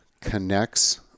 connects